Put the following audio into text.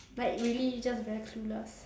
like really just very clueless